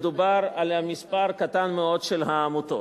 מדובר על מספר קטן מאוד של עמותות.